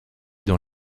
dans